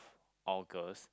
August